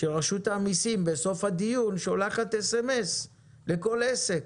שרשות המיסים בסוף הדיון שולחת סמ"ס לכל עסק.